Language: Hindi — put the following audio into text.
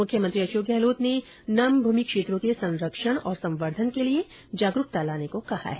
मुख्यमंत्री अशोक गहलोत ने नम भूमि क्षेत्रों के संरक्षण और संवर्द्वन के लिए जागरूकता लाने को कहा है